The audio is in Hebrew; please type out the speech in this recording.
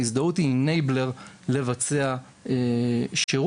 ההזדהות היא דרך לבצע שירות,